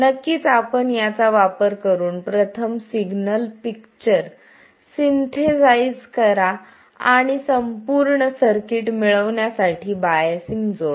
नक्कीच आपण याचा वापर करून प्रथम सिग्नल पिक्चर सिंथेसाइज करा आणि संपूर्ण सर्किट मिळविण्यासाठी बायसिंग जोडा